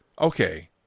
Okay